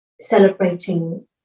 celebrating